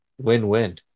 Win-win